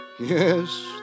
Yes